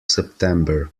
september